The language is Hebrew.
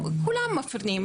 כולם מפנים,